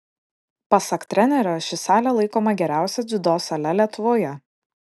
pasak trenerio ši salė laikoma geriausia dziudo sale lietuvoje